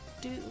do-